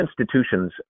institutions